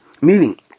Meaning